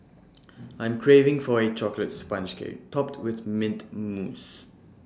I am craving for A Chocolate Sponge Cake Topped with Mint Mousse